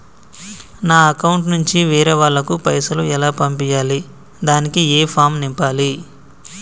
నా అకౌంట్ నుంచి వేరే వాళ్ళకు పైసలు ఎలా పంపియ్యాలి దానికి ఏ ఫామ్ నింపాలి?